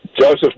Joseph